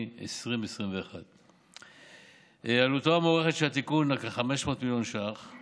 2021. עלותו המוערכת של התיקון היא כ-500 מיליון שקלים